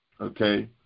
okay